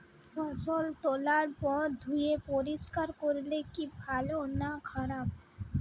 ফসল তোলার পর ধুয়ে পরিষ্কার করলে কি ভালো না খারাপ?